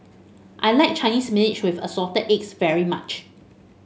I like Chinese Spinach with Assorted Eggs very much